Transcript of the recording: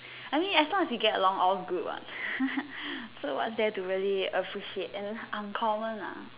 I mean as long as we get along all's good what so what is there really to appreciate and uncommon ah just